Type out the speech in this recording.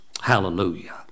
Hallelujah